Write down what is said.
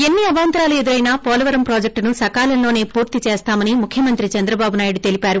ఎన్ని అవాంతరాలు ఎదురైనా పోలవరం ప్రాజెక్లును సకాలంలోనే పూర్తి చేస్తామని ముఖ్యమంత్రి చంద్రబాబు నాయుడు తెలిపారు